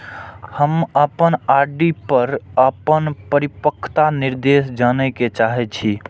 हम अपन आर.डी पर अपन परिपक्वता निर्देश जाने के चाहि छी